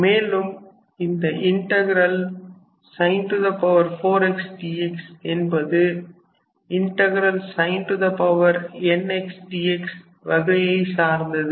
மேலும் இந்த sin 4x dx என்பது sin nx dx வகையைச் சார்ந்தது